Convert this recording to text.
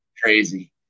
Crazy